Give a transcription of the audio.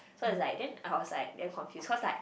so it's like then I was like damn confused cause like